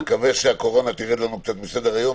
אני מקווה שהקורונה תרד לנו קצת מסדר-היום,